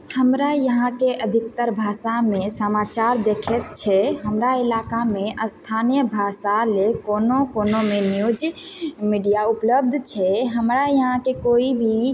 हमरा यहाँके अधिकतर भाषामे समाचार देखैत छै हमरा इलाकामे स्थानीय भाषा लिये कोनो कोनो ने न्यूज मीडिया उपलब्ध छै हमरा यहाँके कोइ भी